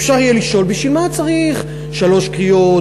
אפשר יהיה לשאול: בשביל מה צריך שלוש קריאות